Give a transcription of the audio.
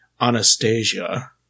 Anastasia